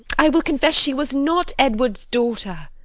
i will confess she was not edward's daughter.